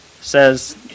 says